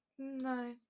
No